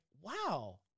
wow